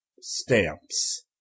Stamps